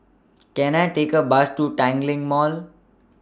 Can I Take A Bus to Tanglin Mall